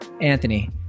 Anthony